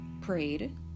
prayed